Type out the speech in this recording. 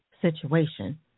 situation